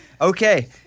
Okay